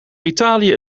italië